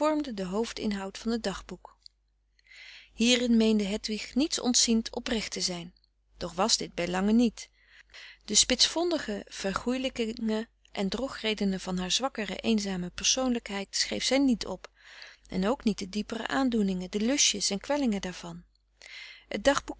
den hoofdinhoud van het dagboek hierin meende hedwig niets ontziend oprecht te zijn doch was dit bij lange niet de spitsvondige vergoelijkingen en drogredenen van haar zwakkere eenzame persoonlijkheid schreef zij niet op en ook niet de diepere aandoeningen de lustjes en kwellingen daarvan het dagboek